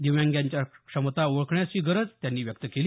दिव्यांगांच्या क्षमता ओळखण्याची गरज त्यांनी व्यक्त केली